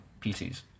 PCs